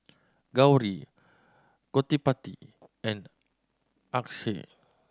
Gauri Gottipati and Akshay